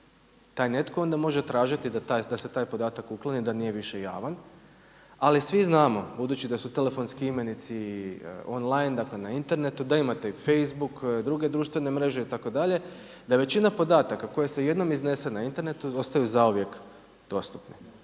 Taj netko onda može tražiti da se taj podatak ukloni, da nije više javan. Ali svi znamo budući da su telefonski imenici on-line, dakle na internetu, da imate i facebook i druge društvene mreže itd., da je većina podataka koje se jednom iznesu na internetu ostaju zauvijek dostupni.